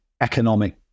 economic